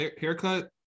haircut